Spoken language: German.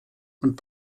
und